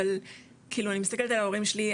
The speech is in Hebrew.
אבל כאילו אני מסתכלת על ההורים שלי,